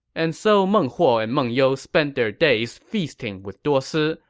and so, meng huo and meng you spent their days feasting with duosi,